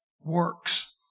works